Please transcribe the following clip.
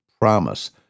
promise